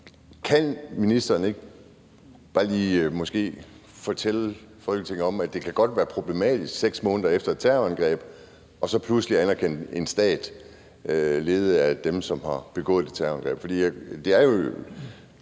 bare lige måske fortælle Folketinget, at det godt kan være problematisk 6 måneder efter et terrorangreb pludselig at anerkende en stat ledet af dem, som har begået det terrorangreb?